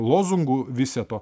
lozungų viseto